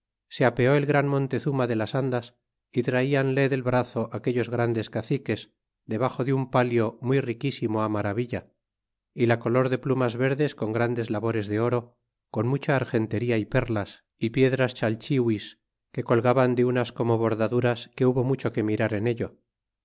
se apeó el gran montezuma de as andas y traíanle del brazo aquellos grandes caciques debaxo de un palio muy riquísimo á maravilla y la color de plumas verdes con grandes labores de oro con mucha argenteria y perlas y piedras chalchihuis que colgaban de unas como bordaduras que hubo mucho que mirar en ello